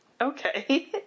Okay